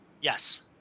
Yes